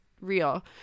real